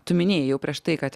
tu minėjai jau prieš tai kad